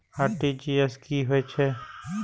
RTGS की होय छै